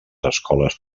escoles